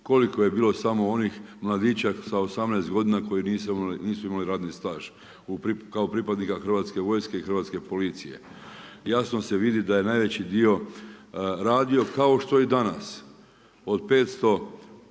koliko je bilo samo onih mladića sa 18 godina koji nisu imali radni staž kao pripadnika hrvatske vojske i hrvatske policije. Jasno se vidi da je najveći dio radio kao što i danas ,od 501